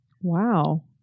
Wow